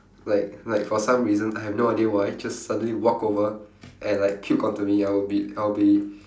like like for some reason I have no idea why just suddenly walk over and like puke onto me ya I would be I would be